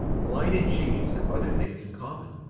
wine and cheese have other things in common.